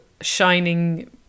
shining